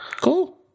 Cool